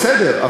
בסדר.